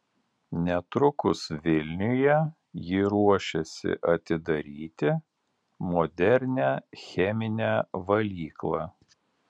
netrukus vilniuje ji ruošiasi atidaryti modernią cheminę valyklą